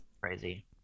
Crazy